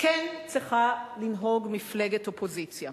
כן צריכה לנהוג מפלגת אופוזיציה.